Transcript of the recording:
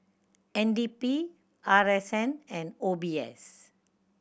N D P R S N and O B S